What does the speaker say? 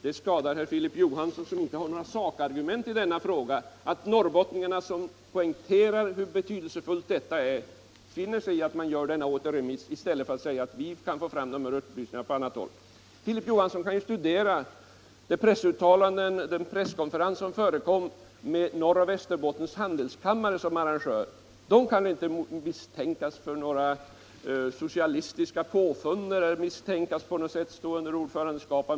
Det skadar herr Filip Johansson, som inte har några sakargument i denna fråga, att norrbottningarna, som poängterar hur betydelsefullt detta är, finner sig i att man gör denna återremiss i stället för att säga att vi kan få fram dessa upplysningar på annat sätt. Herr Filip Johansson kan ju studera uttalandena vid den presskonferens som hölls med Norrbottens och Västerbottens handelskammare som arrangörer. De kan inte misstänkas för några socialistiska påfund eller misstänkas för att på något sätt stå under mitt ordförandeskap.